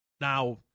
Now